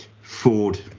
Ford